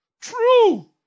True